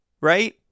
Right